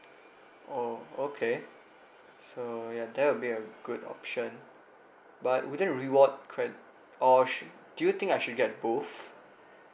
oh okay so ya that will be a good option but wouldn't reward cred~ or should do you think I should get both